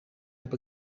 heb